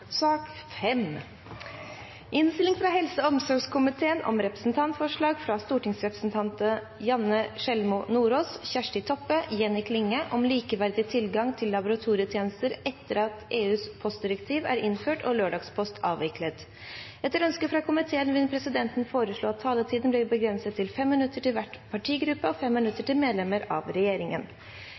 sak nr. 4. Etter ønske fra helse- og omsorgskomiteen vil presidenten foreslå at taletiden blir begrenset til 5 minutter til hver partigruppe og 5 minutter til medlemmer av regjeringen.